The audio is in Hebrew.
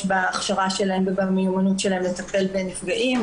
בהכשרה שלהם ובמיומנות שלהם לטפל בנפגעים,